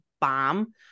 bomb